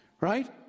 Right